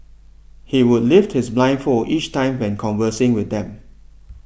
he would lift his blindfold each time when conversing with them